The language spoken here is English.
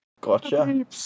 Gotcha